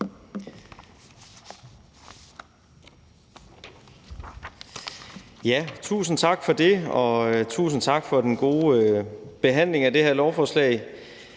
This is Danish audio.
Tusind tak for det, og tusind tak for den gode behandling af det her lovforslag.